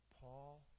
Paul